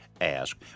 ask